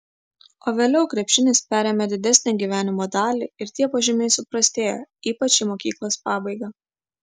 o vėliau krepšinis perėmė didesnę gyvenimo dalį ir tie pažymiai suprastėjo ypač į mokyklos pabaigą